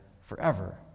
forever